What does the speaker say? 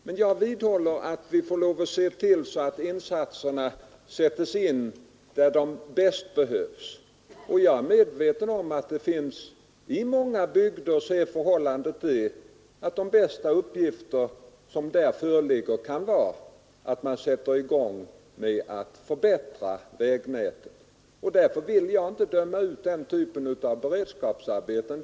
Men jag vidhåller att vi måste se till att insatserna görs där de bäst behövs. Jag är medveten om att i många bygder är det angelägnast att vi förbättrar vägnätet. Därför vill jag inte döma ut den typen av beredskapsarbeten.